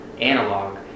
analog